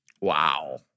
Wow